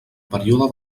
període